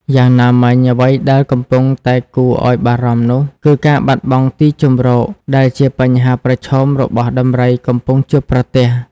យ៉ាងណាមិញអ្វីដែលកំពុងតែគួរឲ្យបារម្ភនោះគឺការបាត់បង់ទីជម្រក ដែលជាបញ្ហាប្រឈមរបស់ដំរីកំពុងជួបប្រទះ។